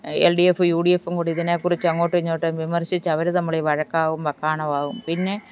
L D എഫും U D എഫും കൂടി ഇതിനെ കുറിച്ച് അങ്ങോട്ടും ഇങ്ങോട്ടും വിമർശിച്ച് അവർ തമ്മിൽ വഴക്കാവും വക്കാണമാവും പിന്നെ